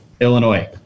Illinois